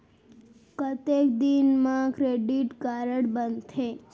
कतेक दिन मा क्रेडिट कारड बनते?